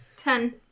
Ten